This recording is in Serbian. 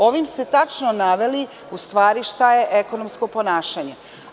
Ovim ste tačno naveli šta je ekonomsko ponašanje.